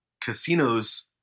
casinos